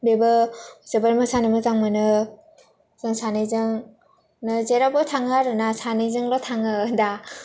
बेबो जोबोर मोसानो मोजां मोनो जों सानैजोंनो जेरावबो थाङो आरो ना सानैजोंल' थाङो दा